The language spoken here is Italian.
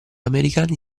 americani